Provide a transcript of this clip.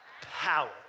Power